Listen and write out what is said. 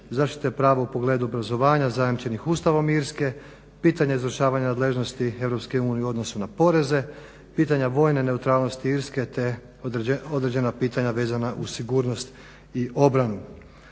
zaštite prava u pogledu obrazovanja zajamčenih Ustavom Irske, pitanja izvršavanja nadležnosti Europske unije u odnosu na poreze, pitanja vojne neutralnosti Irske te određena pitanja vezana uz sigurnost i obranu.